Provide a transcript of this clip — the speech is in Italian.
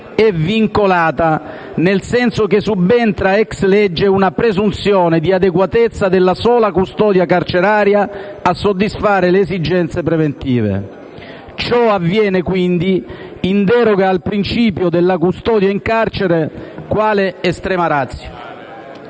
è vincolata nel senso che subentra *ex lege* una presunzione di adeguatezza della sola custodia carceraria a soddisfare le esigenze preventive. Ciò avviene, quindi, in deroga al principio della custodia in carcere quale *extrema* *ratio*.